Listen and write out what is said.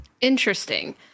Interesting